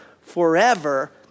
forever